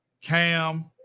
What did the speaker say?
Cam